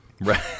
Right